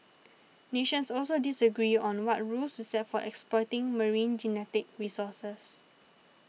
nations also disagree on what rules to set for exploiting marine genetic resources